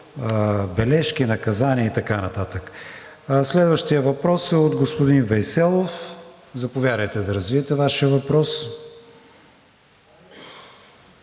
бележки, наказания и така нататък. Следващият въпрос е от господин Вейселов. Заповядайте да развиете Вашия въпрос.